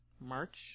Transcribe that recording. March